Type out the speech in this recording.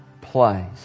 place